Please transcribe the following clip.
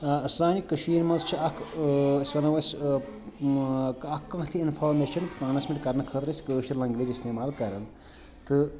آ سانہِ کٔشیٖر منٛز چھِ اَکھ أسۍ وَنو أسۍ اَکھ کانٛہہ تہِ اِنفارمیشَن ٹرٛانَسمِٹ کَرنہٕ خٲطرٕ أسۍ کٲشِر لنٛگویج اِستعمال کَران تہٕ